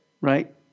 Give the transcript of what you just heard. right